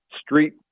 street